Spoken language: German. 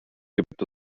gibt